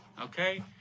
okay